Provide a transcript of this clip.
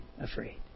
afraid